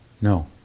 No